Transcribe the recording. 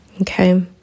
Okay